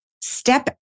step